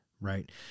right